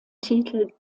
titel